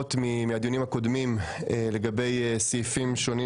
חובות מהדיונים הקודמים לגבי סעיפים שונים